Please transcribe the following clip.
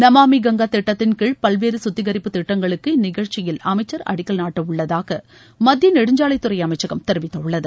நமாமி கங்கா திட்டத்தின்கீழ் பல்வேறு கத்திகரிப்பு திட்டஙகளுக்கு இந்நிகழ்ச்சியில் அமைச்சர்அடிக்கல் நாட்டவுள்ளதாக மத்திய நெடுஞ்சாலைத்துறை அமைச்சகம் தெரிவித்துள்ளது